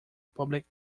public